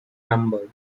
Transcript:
number